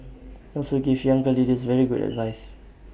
also gave younger leaders very good advice